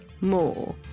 more